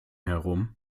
herum